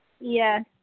Yes